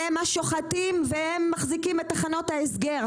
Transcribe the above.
הם השוחטים והם מחזיקים את תחנות ההסגר.